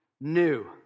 new